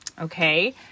Okay